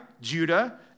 Judah